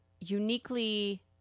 Uniquely